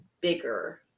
bigger